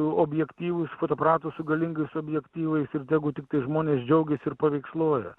objektyvus fotoaparatus su galingais objektyvais ir tegu tiktai žmonės džiaugiasi ir paveiksluoja